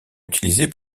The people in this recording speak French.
utilisé